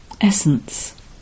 Essence